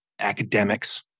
academics